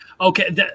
Okay